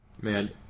Man